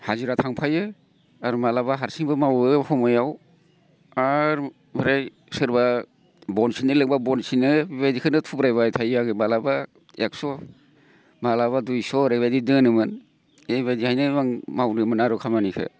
हाजिरा थांफायो आर माब्लाबा हारसिंबो मावो समायाव आर ओमफ्राय सोरबा बन सिननो लिंब्ला बन सिनो बेबायदिखोनो थुब्रायबाय थायो आङो माब्लाबा एकस' माब्लाबा दुइस' ओरैबादि दोनोमोन एबायदिखायनो आं मावदोमोन आरो खामानिखो